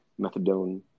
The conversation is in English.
methadone